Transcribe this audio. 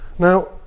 Now